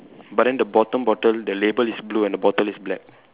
but then the bottom bottle the label is blue and the bottle is black